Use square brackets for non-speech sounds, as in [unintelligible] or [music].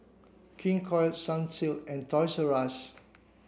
King Koil Sunsilk and Toys [unintelligible]